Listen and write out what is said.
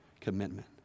commitment